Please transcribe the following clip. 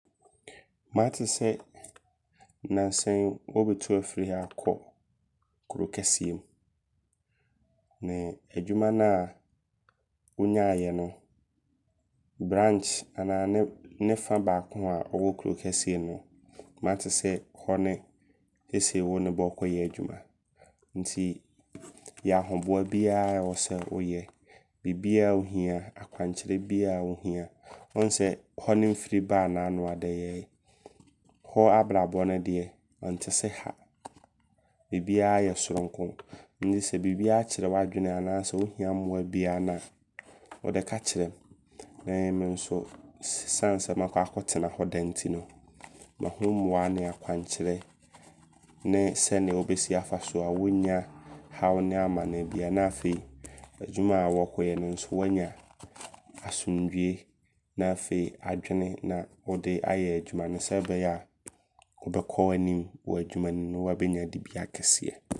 Maate sɛ nnansa yi wɔɔbɛtu afiri ha akɔ kuro kɛseɛ mu. Nee adwuma Naa wonyaayɛ no branch anaa ne fa baako a ɔwɔ kuro kɛseɛ mu no, maate sɛ hɔ ne seesei wone bɛ ɔɔkɔyɛ adwuma. Nti yɛ ahoboa biaa ɛwɔ sɛ woyɛ. Bibiaa wohia, akwankyerɛ biaa wo hia. Wahu sɛ hɔ ne mfiri baa naano ada yiaa. Hɔ abrabɔ no deɛ ɔnte sɛ ha. Bibiaa yɛ sononko. Nti sɛ bibiaa kyere w'adwene anaa sɛ wo hia mmoa biaa na wodeɛ ka kyerem. Nee me nso ɛsiane sɛ makɔ akɔtena hɔ da nti no mahu mmoa a ne akwankyerɛ nee sɛnea wobɛsi afa so a wonnya haw ne amaneɛ biaa. Na afei adwuma a wɔɔkɔyɛ no nso wanya asomdwoe. Na afei adwene na wode ayɛ adwuma no. Sɛ ɛbɛyɛ wobɛkɔ w'anim wɔ adwuma no mu ne waanya dibea kɛseɛ.